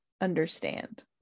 understand